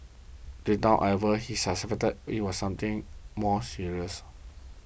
deep down however he suspected it was something more serious